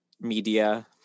media